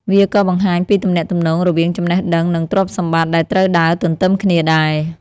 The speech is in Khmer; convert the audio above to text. វាក៏បង្ហាញពីទំនាក់ទំនងរវាង ចំណេះដឹង និងទ្រព្យសម្បត្តិ ដែលត្រូវដើរទន្ទឹមគ្នាដែរ។